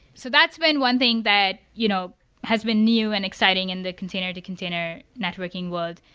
so that's been one thing that you know has been new and exciting in the container to container networking world.